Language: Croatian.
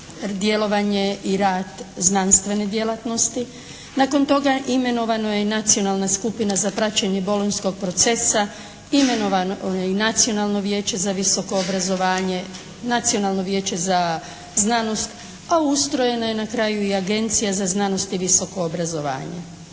djelovanje i rad znanstvene djelatnosti. Nakon toga imenovana je nacionalna skupina za praćenje “Bolonjskog procesa“. Imenovano je i Nacionalno vijeće za visoko obrazovanje, Nacionalno vijeće za znanost, a ustrojena je na kraju i Agencija za znanost i visoko obrazovanje.